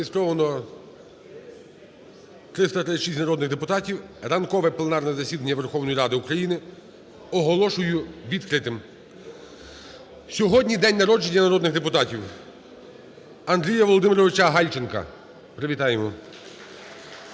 відкритим. Сьогодні день народження народних депутатів. Андрія ВолодимировичаГальченка. Привітаємо.